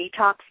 detox